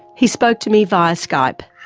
he spoke to me via skype.